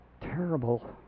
terrible